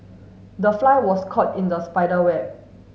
the fly was caught in the spider web